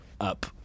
up